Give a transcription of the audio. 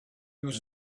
was